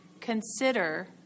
Consider